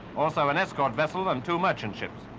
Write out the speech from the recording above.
also an escort vessel and two merchant ships.